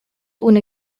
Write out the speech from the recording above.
ohne